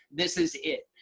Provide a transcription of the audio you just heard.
this is it.